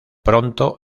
pronto